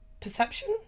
perception